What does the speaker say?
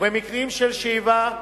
או במקרים של שאיבה,